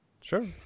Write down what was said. Sure